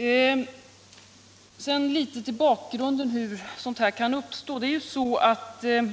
Jag vill sedan säga något om bakgrunden till förhandlingsersättningarna.